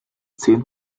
zehn